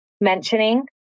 mentioning